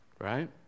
right